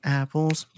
apples